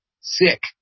Sick